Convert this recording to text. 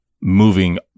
moving